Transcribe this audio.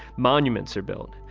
monuments are built.